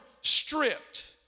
stripped